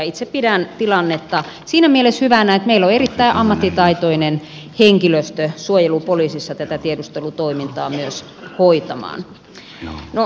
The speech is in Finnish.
itse pidän tilannetta siinä mielessä hyvänä että meillä on erittäin ammattitaitoinen henkilöstö suojelupoliisissa tätä tiedustelutoimintaa myös hoitamaan